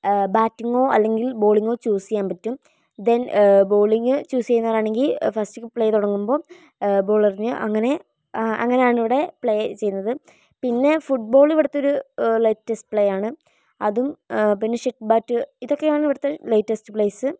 ബാറ്റിങ്ങോ അല്ലെങ്കിൽ ബോളിങ്ങോ ചൂസ് ചെയ്യാൻ പറ്റും ദെൻ ബോളിങ് ചൂസ് ചെയ്യുന്നവർ ആണെങ്കിൽ ഫസ്റ്റ് പ്ലേ തുടങ്ങുമ്പം ബോളെറിഞ്ഞ് അങ്ങനെ അങ്ങനെയാണ് ഇവിടെ പ്ലേ ചെയ്യുന്നത് പിന്നെ ഫുട്ബോൾ ഇവിടുത്തെ ഒരു ലേറ്റസ്റ്റ് പ്ലേയാണ് അതും പിന്നെ ഷട്ടിൽ ബാറ്റ് ഇതൊക്കെയാണ് ഇവിടുത്തെ ലേറ്റസ്റ്റ് പ്ലേയ്സ്